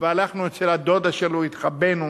לקחה אותי והלכנו אצל הדודה שלי והתחבאנו.